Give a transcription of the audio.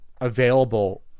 available